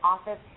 office